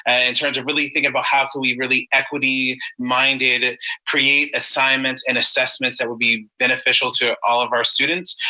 and terms of really thinking about how can we really equity minded create assignments and assessments that would be beneficial to all of our students.